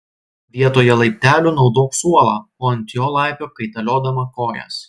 vietoje laiptelių naudok suolą ant jo laipiok kaitaliodama kojas